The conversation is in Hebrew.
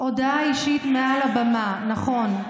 הודעה אישית, הודעה אישית מעל הבמה, נכון,